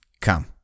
come